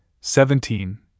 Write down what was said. seventeen